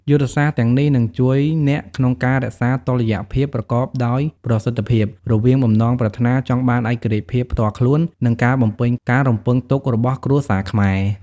យុទ្ធសាស្ត្រទាំងនេះនឹងជួយអ្នកក្នុងការរក្សាតុល្យភាពប្រកបដោយប្រសិទ្ធភាព រវាងបំណងប្រាថ្នាចង់បានឯករាជ្យភាពផ្ទាល់ខ្លួន និងការបំពេញការរំពឹងទុករបស់គ្រួសារខ្មែរ។